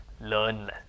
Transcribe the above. learn